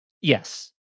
yes